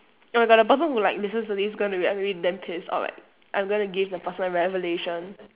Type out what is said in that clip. oh my god the person who like listens to this gonna be like maybe damn pissed off like I'm gonna give the person a revelation